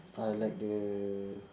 ah I like the